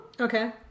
Okay